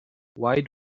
why